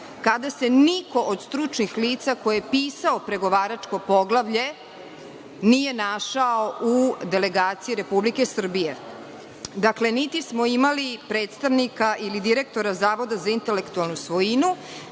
kada se niko od stručnih lica ko je pisao pregovaračko poglavlje nije našao u delegaciji Republike Srbije. Dakle, niti smo imali predstavnika ili direktora Zavoda za intelektualnu svojinu,